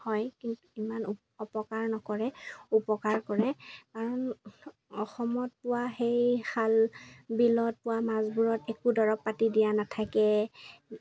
হয় কিন্তু ইমান অপকাৰ নকৰে উপকাৰ কৰে কাৰণ অসমত পোৱা সেই খাল বিলত পোৱা মাছবোৰত একো দৰব পাতি দিয়া নাথাকে